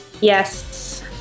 Yes